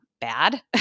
bad